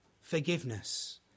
forgiveness